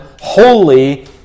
holy